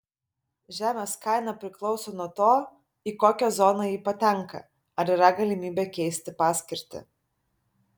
žemės kaina priklauso nuo to į kokią zoną ji patenka ar yra galimybė keisti paskirtį